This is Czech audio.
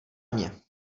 mně